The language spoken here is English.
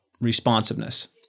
responsiveness